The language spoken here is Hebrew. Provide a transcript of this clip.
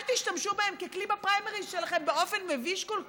אל תשתמשו בהם ככלי בפריימריז שלכם באופן מביש כל כך.